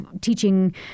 teaching